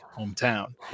hometown